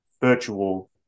virtual